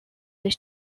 sich